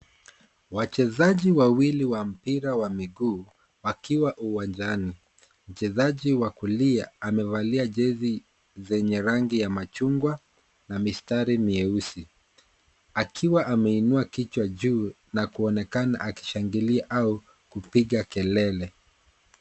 Wachezaji wawili wa mpira wa miguu, wakiwa uwanjani. Mchezaji wa kulia amevalia jezi zenye rangi ya machungwa, na mistari mieusi. Akiwa ameinua kichwa juu na kuonekana akishangilia au kupiga kelele.